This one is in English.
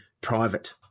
private